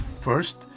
First